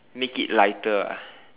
make it lighter ah